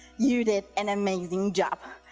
you did an amazing job!